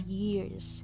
years